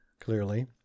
clearly